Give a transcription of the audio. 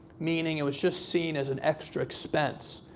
meaning it was just seen as an extra expense.